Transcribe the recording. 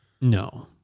No